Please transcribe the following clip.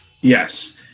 Yes